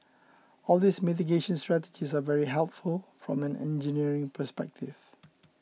all these mitigation strategies are very helpful from an engineering perspective